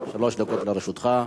שלוש דקות לרשותך.